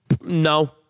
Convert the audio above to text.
No